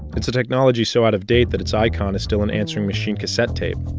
it's a technology so out of date that it's icon is still an answering machine cassette tape.